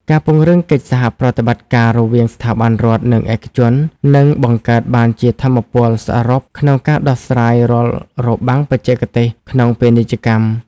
ការពង្រឹងកិច្ចសហប្រតិបត្តិការរវាងស្ថាប័នរដ្ឋ និងឯកជន នឹងបង្កើតបានជាថាមពលសរុបក្នុងការដោះស្រាយរាល់របាំងបច្ចេកទេសក្នុងពាណិជ្ជកម្ម។